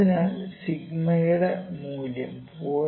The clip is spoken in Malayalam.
അതിനാൽ സിഗ്മയുടെ 𝞂 മൂല്യം 0